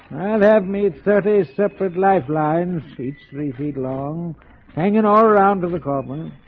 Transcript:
i'll have me thirty separate lifelines each three feet long hanging all around of the carbon